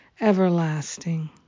everlasting